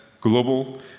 global